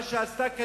מה שעשתה קדימה,